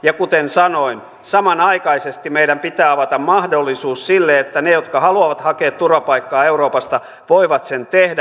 ja kuten sanoin samanaikaisesti meidän pitää avata mahdollisuus sille että ne jotka haluavat hakea turvapaikkaa euroopasta voivat sen tehdä